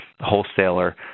wholesaler